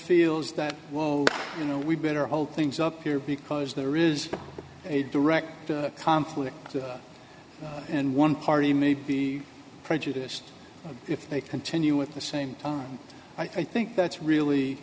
feels that well you know we better hold things up here because there is a direct conflict and one party may be prejudice if they continue with the same i think that's really